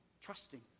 Trusting